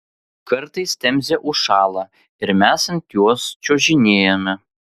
kartais temzė užšąla ir mes ant jos čiužinėjame